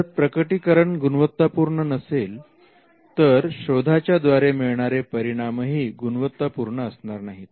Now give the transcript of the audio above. जर प्रकटीकरण गुणवत्तापूर्ण नसेल तर शोधाच्या द्वारे मिळणारे परिणाम ही गुणवत्तापूर्ण असणार नाहीत